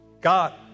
God